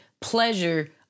pleasure